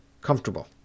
comfortable